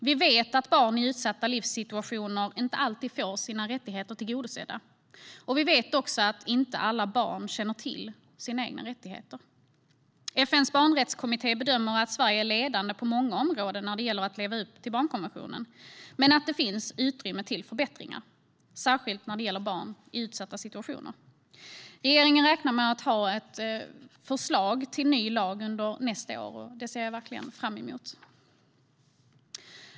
Vi vet att barn i utsatta livssituationer inte alltid får sina rättigheter tillgodosedda. Vi vet också att inte alla barn känner till sina egna rättigheter. FN:s barnrättskommitté bedömer att Sverige är ledande på många områden när det gäller att leva upp till barnkonventionen, men att det finns utrymme för förbättringar, särskilt när det gäller barn i utsatta situationer. Regeringen räknar med att lägga fram ett förslag till ny lag under nästa år. Det ser jag verkligen fram emot.